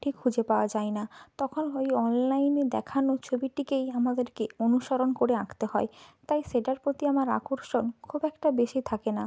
ঠিক খুঁজে পাওয়া যায় না তখন ওই অনলাইনে দেখানো ছবিটিকেই আমাদেরকে অনুসরণ করে আঁকতে হয় তাই সেটার প্রতি আমার আকর্ষণ খুব একটা বেশি থাকে না